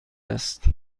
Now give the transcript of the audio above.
است